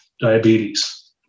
diabetes